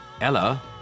Ella